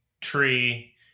tree